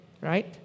Right